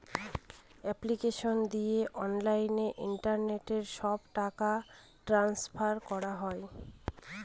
application দিয়ে online internet সব টাকা ট্রান্সফার করা হয়